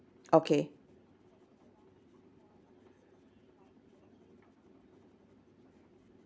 okay